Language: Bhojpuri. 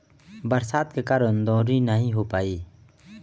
बरसात के कारण दँवरी नाइ हो पाई